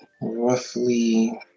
roughly